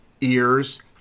ears